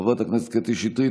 חברת הכנסת קטי שטרית,